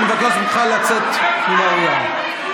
אני מבקש ממך לצאת מן האולם.